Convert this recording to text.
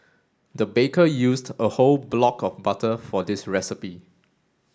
the baker used a whole block of butter for this recipe